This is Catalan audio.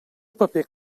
paper